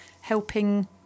helping